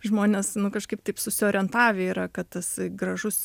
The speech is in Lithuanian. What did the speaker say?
žmonės kažkaip taip susiorientavę yra kad tas gražus